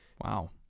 Wow